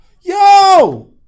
Yo